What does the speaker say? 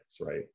right